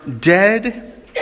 dead